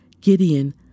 Gideon